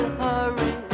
hurry